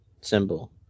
symbol